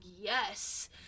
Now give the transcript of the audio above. yes